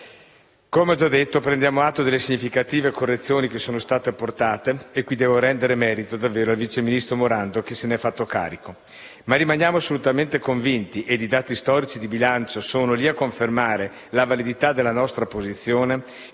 Come ho già detto, prendiamo atto delle significative correzioni che sono state apportate, e qui devo rendere merito al vice ministro Morando che se ne è fatto carico. Ma rimaniamo assolutamente convinti, e i dati storici di bilancio sono lì a confermare la validità della nostra posizione,